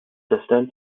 persistent